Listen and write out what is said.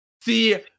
see